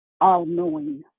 all-knowing